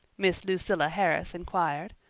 miss lucilla harris inquired,